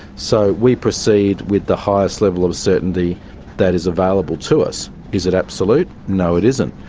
so we proceed with the highest level of certainty that is available to us. is it absolute? no, it isn't.